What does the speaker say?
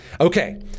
Okay